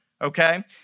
okay